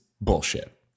bullshit